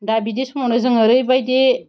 दा बिदि समावनो जों ओरैबायदि